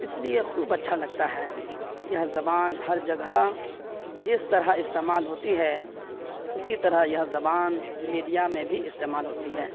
اس لیے خوب اچّھا لگتا ہے یہ زبان ہر جگہ جس طرح استعمال ہوتی ہے اسی طرح یہ زبان میڈیا میں بھی استعمال ہوتی ہے